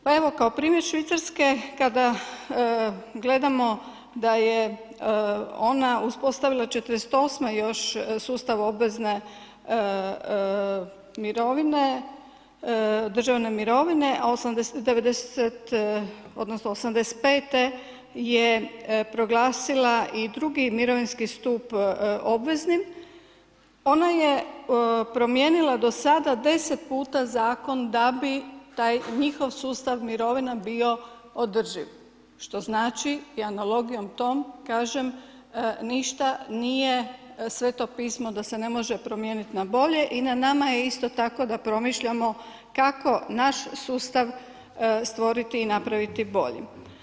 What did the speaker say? Pa evo kao primjer Švicarske kada gledamo da je ona uspostavila '48. sustav obvezne mirovine, državne mirovine a '85. je proglasila i II. mirovinski stup obveznim, ona je promijenila do sada 10 zakon da bi taj njihov sustav mirovina bio održiv što znači i analogijom tom, kažem ništa nije Sveto pismo da se ne može promijenit na bolje i na nama je isto tako da promišljamo kako naš sustav stvoriti i napraviti boljim.